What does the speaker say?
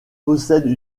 possèdent